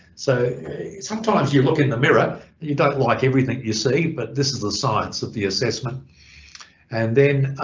so sometimes you look in the mirror you don't like everything you see but this is the science of the assessment and then